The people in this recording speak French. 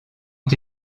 ont